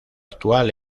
actual